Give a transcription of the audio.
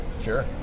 Sure